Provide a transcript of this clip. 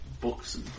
books